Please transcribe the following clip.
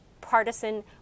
partisan